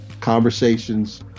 conversations